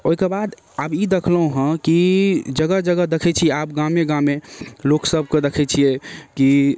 ओहिकेबाद आब ई देखलहुँ हँ कि जगह जगह देखै छी आब गामे गामे लोकसभके देखै छिए कि